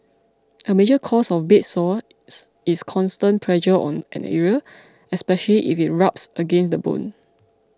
a major cause of bed sores is constant pressure on an area especially if it rubs against the bone